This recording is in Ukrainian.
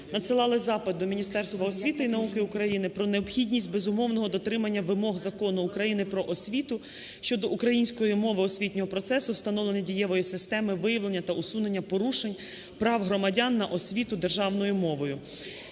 надсилали запит до Міністерства освіти і науки України про необхідність безумовного дотримування вимог Закону України "Про освіту" щодо української мови освітнього процесу, встановлення дієвої системи виявлення та усунення порушень прав громадян на освіту державною мовою.